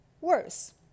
worse